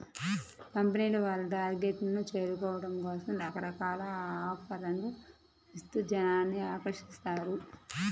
కంపెనీల వాళ్ళు టార్గెట్లను చేరుకోవడం కోసం రకరకాల ఆఫర్లను ఇస్తూ జనాల్ని ఆకర్షిస్తారు